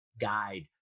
guide